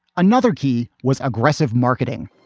another key was aggressive marketing.